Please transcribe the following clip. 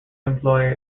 employer